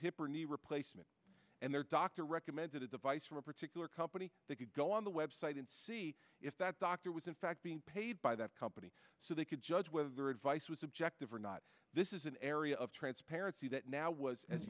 hip or knee replacement and their doctor recommended a device from a particular company that could go on the web site and see if that doctor was in fact being paid by that company so they could judge with their advice was objective or not this is an area of transparency that now was